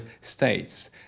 states